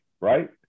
right